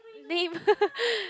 lame